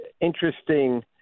interesting